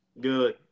good